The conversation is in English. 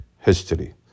history